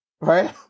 right